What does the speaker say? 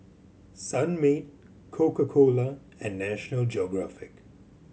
Sunmaid Coca Cola and National Geographic